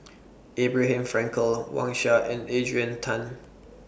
Abraham Frankel Wang Sha and Adrian Tan